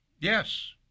Yes